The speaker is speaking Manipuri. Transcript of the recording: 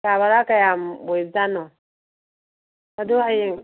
ꯀꯥ ꯕꯔꯥ ꯀꯌꯥꯝ ꯑꯣꯏꯕꯖꯥꯠꯅꯣ ꯑꯗꯨ ꯍꯌꯦꯡ